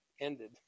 ended